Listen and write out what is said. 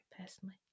personally